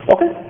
Okay